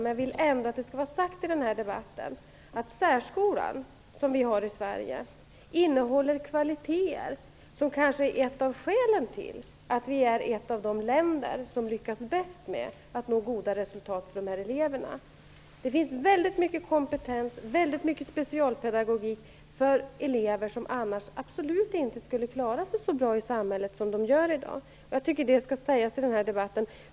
Men jag vill ändå att det skall sägas i den här debatten att särskolan som vi har i Sverige innehåller kvaliteter som kanske är ett av skälen till att vi är ett av de länder som lyckas bäst med att nå goda resultat för de här eleverna. Det finns väldigt mycket kompetens, väldigt mycket specialpedagogik för elever som annars absolut inte skulle klara sig så bra i samhället som de gör i dag. Jag tycker att detta skall sägas i den här debatten.